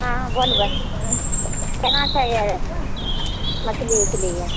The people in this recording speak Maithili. हँ बोलबै केना छै यै मछली उछली यै